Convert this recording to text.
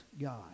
God